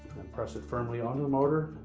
and press it firmly onto the motor